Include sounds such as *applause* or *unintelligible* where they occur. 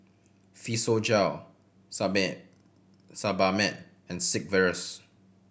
Physiogel *unintelligible* Sebamed and Sigvaris